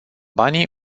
banii